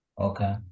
Okay